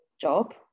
job